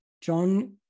John